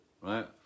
right